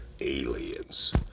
aliens